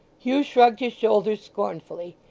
hugh shrugged his shoulders scornfully,